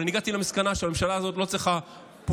אבל אני הגעתי למסקנה שהממשלה הזאת לא צריכה פרויקטור.